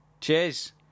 Cheers